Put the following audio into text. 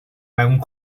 mewn